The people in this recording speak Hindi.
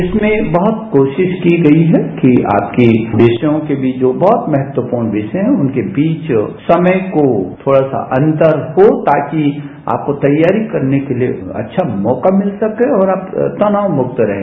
इसमें बहुत कोशिश की गई है कि आपके विषयों के बीच जो बहुत महत्वपूर्ण विषय हैं उनके बीच समय को थोड़ा सा अंतर हो ताकि आपको तैयारी करने के लिए अच्छा मौका मिल सके और आप तनाव मुक्त रहें